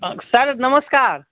sir नमस्कार